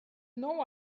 know